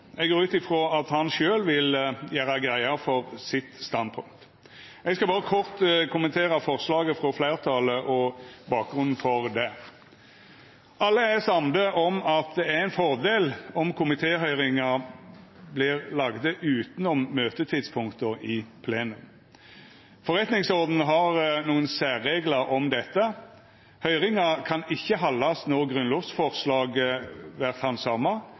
Eg går ut frå at han sjølv vil gjera greie for sitt standpunkt. Eg skal bare kort kommentera forslaget frå fleirtalet og bakgrunnen for det. Alle er samde om at det er ein fordel om komitéhøyringar vert lagde utanom møtetidspunkta i plenum. Forretningsordenen har nokre særreglar om dette. Høyringar kan ikkje haldast når grunnlovsforslag vert handsama,